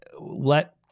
let